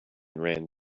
ran